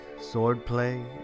swordplay